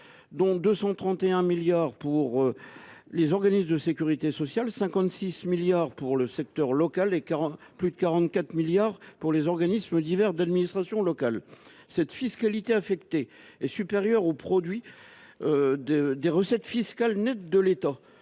dont 231 milliards d’euros pour les organismes de sécurité sociale, 56 milliards d’euros pour le secteur local et plus de 44 milliards d’euros pour les organismes divers d’administration locale. Le montant de cette fiscalité affectée est même supérieur au produit des recettes fiscales nettes de l’État